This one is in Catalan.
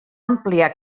ampliar